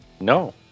No